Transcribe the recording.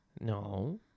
No